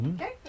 Okay